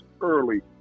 early